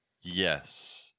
Yes